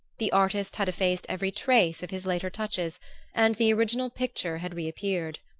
the artist had effaced every trace of his later touches and the original picture had reappeared.